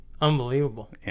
Unbelievable